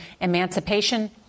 Emancipation